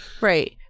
right